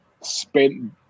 spent